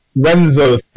Renzo